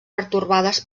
pertorbades